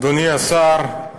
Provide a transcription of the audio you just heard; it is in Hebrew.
אדוני השר,